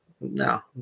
no